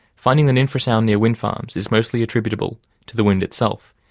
finding that infrasound near wind farms is mostly attributable to the wind itself,